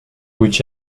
which